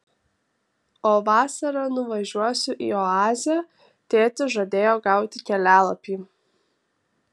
o vasarą nuvažiuosiu į oazę tėtis žadėjo gauti kelialapį